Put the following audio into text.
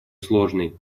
сложной